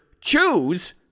choose